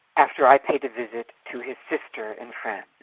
after i paid a visit to his sister in france.